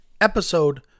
episode